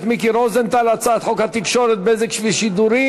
מיקי רוזנטל: הצעת חוק התקשורת (בזק ושידורים)